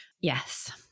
yes